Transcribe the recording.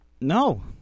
No